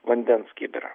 vandens kibirą